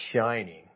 shining